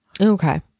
Okay